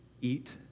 eat